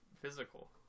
physical